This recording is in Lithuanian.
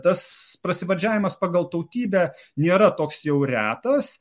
tas prasivardžiavimas pagal tautybę nėra toks jau retas